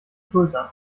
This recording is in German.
schultern